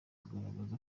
kugaragaza